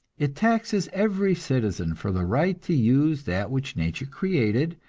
it taxes every citizen for the right to use that which nature created,